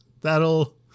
That'll